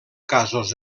casos